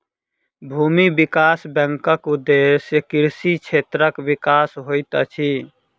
भूमि विकास बैंकक उदेश्य कृषि क्षेत्रक विकास होइत अछि